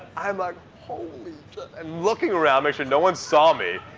i'm like, holy sh i'm looking around, make sure no one saw me.